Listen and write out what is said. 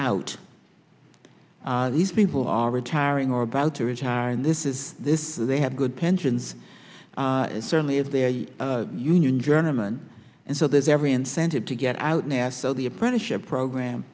out these people are retiring or about to retire and this is this they have good pensions certainly if they're a union gentleman and so there's every incentive to get out now so the apprenticeship program